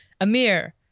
Amir